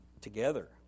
together